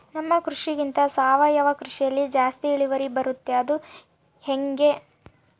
ನಮ್ಮ ಕೃಷಿಗಿಂತ ಸಾವಯವ ಕೃಷಿಯಲ್ಲಿ ಜಾಸ್ತಿ ಇಳುವರಿ ಬರುತ್ತಾ ಅದು ಹೆಂಗೆ?